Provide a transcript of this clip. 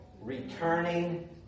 returning